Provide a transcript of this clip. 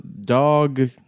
dog